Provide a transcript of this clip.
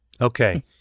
okay